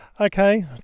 Okay